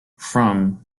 from